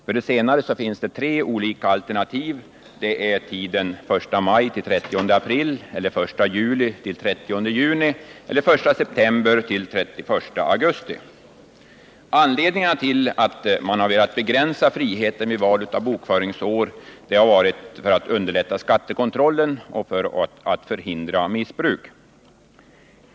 För det senare finns tre alternativ, nämligen tiden den 1 maj-den 30 april, den 1 juli-den 30 juni eller den 1 september-den 31 augusti. Anledningen till att man begränsat friheten vid val av bokföringsår har varit att man velat underlätta skattekontrollen och förhindra missbruk.